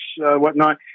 whatnot